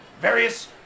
various